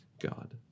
God